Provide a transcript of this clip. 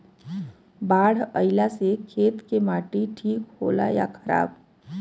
बाढ़ अईला से खेत के माटी ठीक होला या खराब?